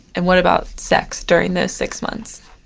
and what about sex during those six months?